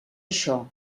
això